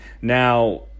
Now